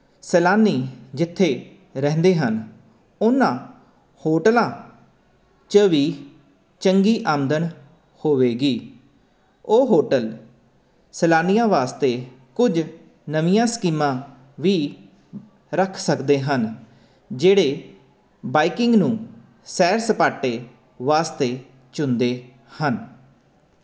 ਸੈਲਾਨੀ ਜਿੱਥੇ ਰਹਿੰਦੇ ਹਨ ਉਹਨਾਂ ਹੋਟਲਾਂ 'ਚ ਵੀ ਚੰਗੀ ਆਮਦਨ ਹੋਵੇਗੀ ਉਹ ਹੋਟਲ ਸੈਲਾਨੀਆਂ ਵਾਸਤੇ ਕੁਝ ਨਵੀਆਂ ਸਕੀਮਾਂ ਵੀ ਰੱਖ ਸਕਦੇ ਹਨ ਜਿਹੜੇ ਬਾਈਕਿੰਗ ਨੂੰ ਸੈਰ ਸਪਾਟੇ ਵਾਸਤੇ ਚੁਣਦੇ ਹਨ